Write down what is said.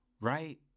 right